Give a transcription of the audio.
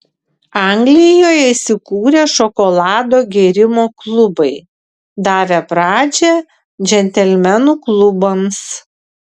anglijoje įsikūrė šokolado gėrimo klubai davę pradžią džentelmenų klubams